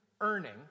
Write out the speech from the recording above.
earning